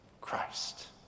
Christ